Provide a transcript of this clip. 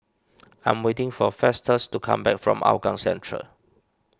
I am waiting for Festus to come back from Hougang Central